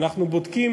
ואנחנו לא נשקוט